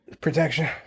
Protection